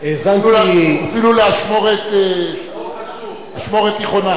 אפילו לאשמורת תיכונה.